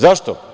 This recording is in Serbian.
Zašto?